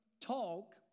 talk